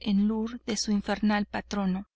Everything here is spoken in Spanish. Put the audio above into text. en loor de su infernal patrono